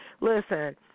Listen